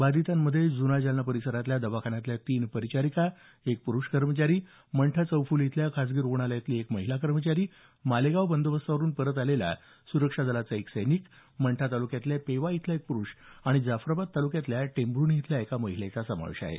बाधितांमध्ये जुना जालना परिसरातल्या दवाखान्यातल्या तीन परिचारिका एक प्रुष कर्मचारी मंठा चौफुली इथल्या खासगी रुग्णालयातली एक महिला कर्मचारी मालेगाव बंदोबस्तावरुन आलेला सुरक्षा दलाचा एक सैनिक मंठा तालुक्यातला पेवा इथला एक पुरुष आणि जाफराबाद तालुक्यातल्या टेंभुर्णी इथल्या एका महिलेचा समावेश आहे